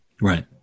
Right